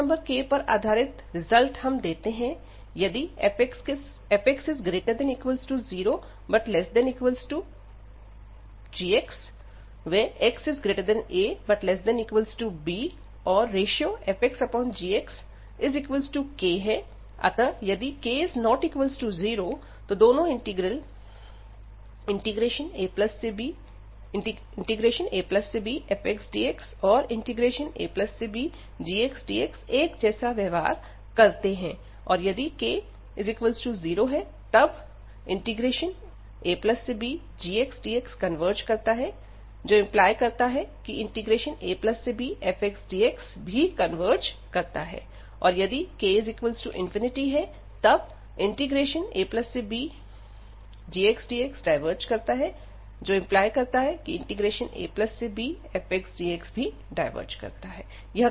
इस नंबर k पर आधारित रिजल्ट हम देते हैं यदि 0≤fx≤gxax≤b औरfxgx k अतः यदि k≠0 दोनों इंटीग्रल abfxdxऔर abgxdx एक जैसा व्यवहार करते हैं और यदि k0 तब abgxdxकन्वर्ज करता है⟹abfxdxकन्वर्ज करता है और यदि k∞ तब abgxdxडायवर्ज करता है⟹abfxdxडायवर्ज करता है